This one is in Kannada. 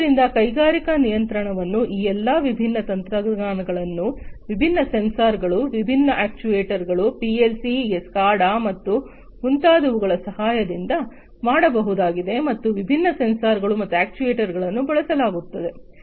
ಆದ್ದರಿಂದ ಕೈಗಾರಿಕಾ ನಿಯಂತ್ರಣವನ್ನು ಈ ಎಲ್ಲಾ ವಿಭಿನ್ನ ತಂತ್ರಜ್ಞಾನಗಳು ವಿಭಿನ್ನ ಸೆನ್ಸಾರ್ಗಳು ವಿಭಿನ್ನ ಅಕ್ಚುಯೆಟರ್ಸ್ಗಳು ಪಿಎಲ್ಸಿಯ ಎಸ್ಸಿಎಡಿಎ ಮತ್ತು ಮುಂತಾದವುಗಳ ಸಹಾಯದಿಂದ ಮಾಡಬಹುದಾಗಿದೆ ಮತ್ತು ವಿಭಿನ್ನ ಸೆನ್ಸಾರ್ಗಳು ಮತ್ತು ಅಕ್ಚುಯೆಟರ್ಸ್ಗಳನ್ನು ಬಳಸಲಾಗುತ್ತದೆ